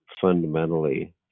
fundamentally